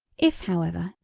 if, however,